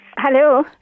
Hello